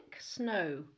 snow